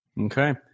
Okay